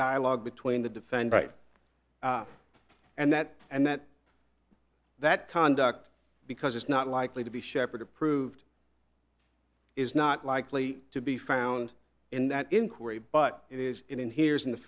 dialogue between the defend right and that and that that conduct because it's not likely to be shepherd approved is not likely to be found in that inquiry but it is in here in the